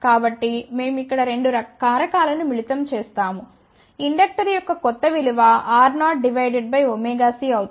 కాబట్టి మేము ఇక్కడ రెండు కారకాలను మిళితం చేస్తాము ఇండక్టర్ యొక్క కొత్త విలువ R0 డివైడ్ బై ωc అవుతుంది